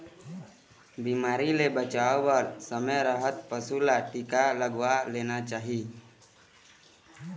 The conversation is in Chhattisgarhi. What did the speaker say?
बिमारी ले बचाए बर समे रहत पशु ल टीका लगवा लेना चाही